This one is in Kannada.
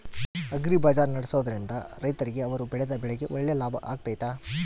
ಅಗ್ರಿ ಬಜಾರ್ ನಡೆಸ್ದೊರಿಂದ ರೈತರಿಗೆ ಅವರು ಬೆಳೆದ ಬೆಳೆಗೆ ಒಳ್ಳೆ ಲಾಭ ಆಗ್ತೈತಾ?